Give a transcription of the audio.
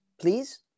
please